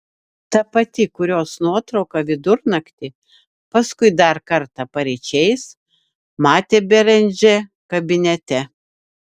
ta pati kurios nuotrauką vidurnaktį paskui dar kartą paryčiais matė beranžė kabinete